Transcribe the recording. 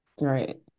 Right